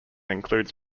includes